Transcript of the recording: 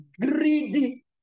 greedy